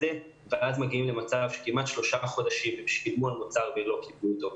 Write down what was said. ואז מגיעים למצב שכמעט שלושה חודשים שילמו על מוצר ולא קיבלו אותו.